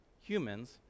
humans